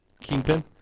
Kingpin